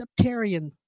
septarian